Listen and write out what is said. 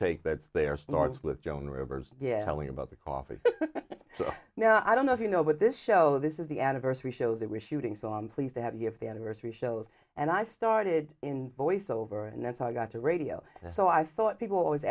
take that's there starts with joan rivers yelling about the coffee so now i don't know if you know but this show this is the anniversary show they were shooting so i'm pleased that if the anniversary shows and i started in voiceover and that's how i got to radio so i thought people always